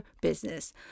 business